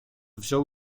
wziął